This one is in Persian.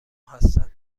هستند